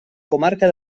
comarca